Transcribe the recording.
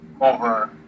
over